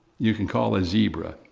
you can call a zebra.